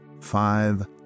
five